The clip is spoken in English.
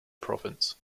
province